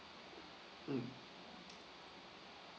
mm